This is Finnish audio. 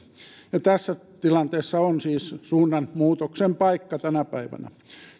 tässä tilanteessa on siis suunnanmuutoksen paikka tänä päivänä